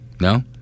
No